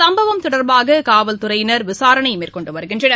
சும்பவம் தொடர்பாக காவல்துறையினர் விசாரணை மேற்கொண்டு வருகின்றனர்